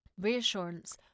reassurance